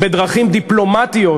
בדרכים דיפלומטיות,